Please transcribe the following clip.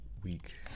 week